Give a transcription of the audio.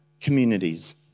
communities